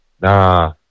Nah